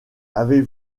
avez